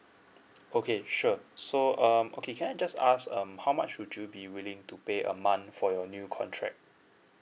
okay sure so um okay can I just ask um how much would you be willing to pay a month for your new contract